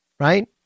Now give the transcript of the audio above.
Right